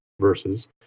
verses